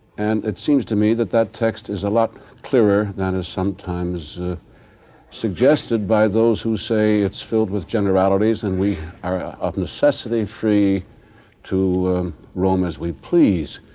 and it seems to me that that text is a lot clearer than is sometimes suggested by those who say it's filled with generalities and we are ah of necessity-free to roam as we please.